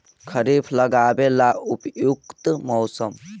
खरिफ लगाबे ला उपयुकत मौसम?